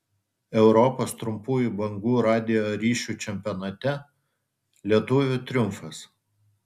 europos trumpųjų bangų radijo ryšių čempionate lietuvių triumfas